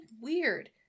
weird